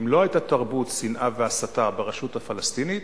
אם לא היתה תרבות שנאה והסתה ברשות הפלסטינית,